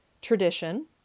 tradition